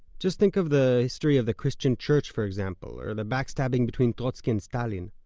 just think of the history of the christian church, for example, or the backstabbing between trotsky and stalin.